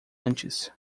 antes